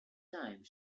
time